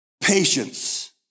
patience